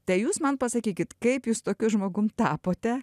tai jūs man pasakykit kaip jūs tokiu žmogum tapote